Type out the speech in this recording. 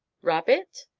rabbit!